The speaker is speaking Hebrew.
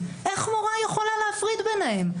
איך מורה יכולה להפריד ביניהם?